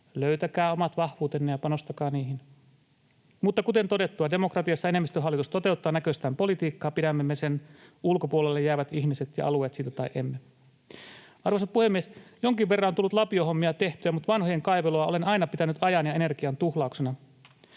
Löytäkää omat vahvuutenne ja panostakaa niihin. Mutta kuten todettua, demokratiassa enemmistöhallitus toteuttaa näköistään politiikkaa, pidämme me sen ulkopuolelle jäävät ihmiset ja alueet siitä tai emme. Arvoisa puhemies! Jonkin verran on tullut lapiohommia tehtyä, mutta vanhojen kaivelua olen aina pitänyt ajan ja energian tuhlauksena.